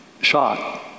shot